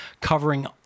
covering